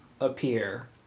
appear